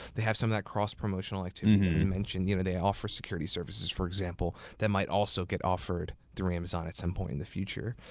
they have some of that cross-promotional activity mentioned. you know they offer security services for example, that might also get offered through amazon at some point in the future.